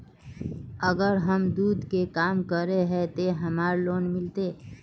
अगर हम दूध के काम करे है ते हमरा लोन मिलते?